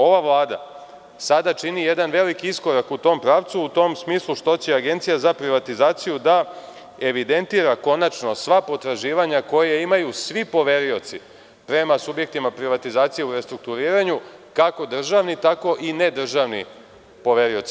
Ova vlada sada čini jedan veliki iskorak u tom pravcu u tom smislu što će Agencija za privatizaciju da evidentira konačno sva potraživanja koja imaju svi poverioci prema subjektima privatizacije u restrukturiranju kako državni tako i nedržavni poverioci.